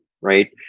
right